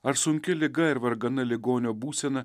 ar sunki liga ir vargana ligonio būsena